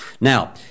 Now